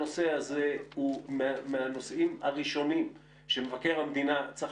הנושא הזה הוא מהנושאים הראשונים שמבקר המדינה צריך